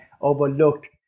overlooked